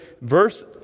verse